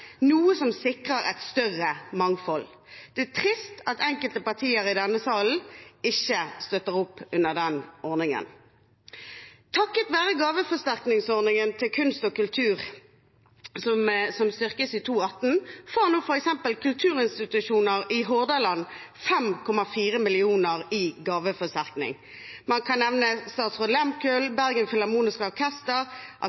noe som sikrer et større mangfold. Det er trist at enkelte partier i denne salen ikke støtter opp under den ordningen. Takket være gaveforsterkningsordningen til kunst og kultur, som styrkes i 2018, får nå f.eks. kulturinstitusjoner i Hordaland 5,4 mill. kr i gaveforsterkning. Man kan nevne